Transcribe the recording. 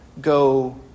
go